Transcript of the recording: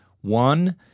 One